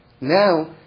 Now